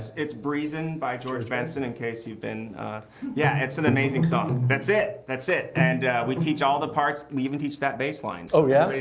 it's breezin' by george benson, in case you've been yeah, it's an amazing song. that's it. that's it. and we teach all the parts. we even teach that bass line. oh yeah?